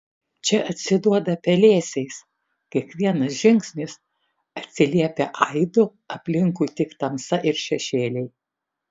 čia atsiduoda pelėsiais kiekvienas žingsnis atsiliepia aidu aplinkui tik tamsa ir šešėliai